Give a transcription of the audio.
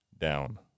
down